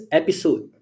episode